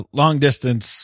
long-distance